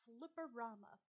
Flipperama